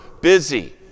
busy